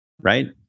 right